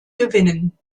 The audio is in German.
gewinnen